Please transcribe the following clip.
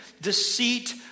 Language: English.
deceit